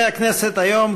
היום